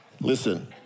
Listen